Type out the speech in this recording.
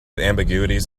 ambiguities